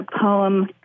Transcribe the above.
poem